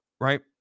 Right